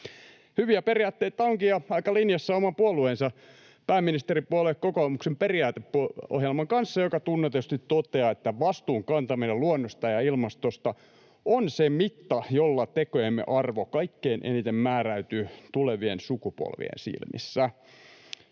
Hyviä periaatteita onkin ja aika linjassa oman puolueensa, pääministeripuolue kokoomuksen, periaateohjelman kanssa, joka tunnetusti toteaa, että vastuun kantaminen luonnosta ja ilmastosta on se mitta, jolla tekojemme arvo kaikkein eniten määräytyy tulevien sukupolvien silmissä.